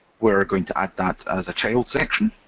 we're going to add that as a child section.